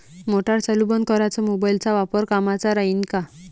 Motor चालू बंद कराच मोबाईलचा वापर कामाचा राहीन का?